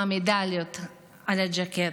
עם המדליות על הז'קט.